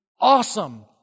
awesome